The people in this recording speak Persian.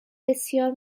بسیار